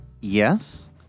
yes